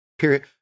period